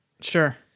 Sure